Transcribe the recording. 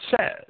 says